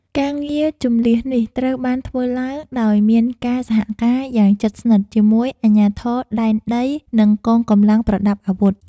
ការងារជម្លៀសនេះត្រូវបានធ្វើឡើងដោយមានការសហការយ៉ាងជិតស្និទ្ធជាមួយអាជ្ញាធរដែនដី និងកងកម្លាំងប្រដាប់អាវុធ។